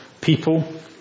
people